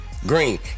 Green